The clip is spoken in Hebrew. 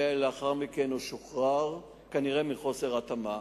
ולאחר מכן הוא שוחרר כנראה מחוסר התאמה.